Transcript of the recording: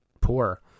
poor